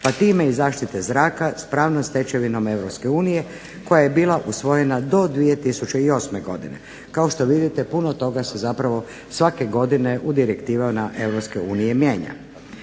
pa time i zaštite zraka sa pravnom stečevinom Europske unije koja je bila usvojena do 2008. godine. Kao što vidite puno toga se svake godine u direktivama